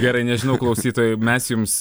gerai nežinau klausytojai mes jums